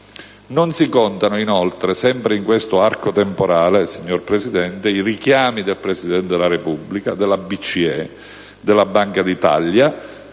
Non si contano inoltre, sempre in questo arco temporale, signora Presidente, i richiami del Presidente della Repubblica, della BCE, della Banca d'Italia